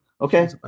Okay